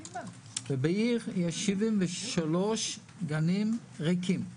בעיר יש 73 גנים ריקים;